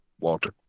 Walter